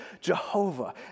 Jehovah